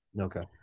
Okay